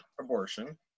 abortion